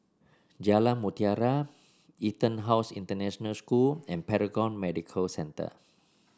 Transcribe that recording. Jalan Mutiara EtonHouse International School and Paragon Medical Centre